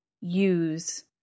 use